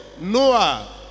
Noah